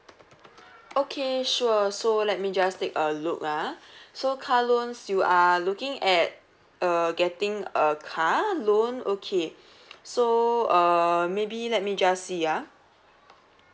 okay sure so let me just take a look ah so car loans you are looking at uh getting a car loan okay so uh maybe let me just see ah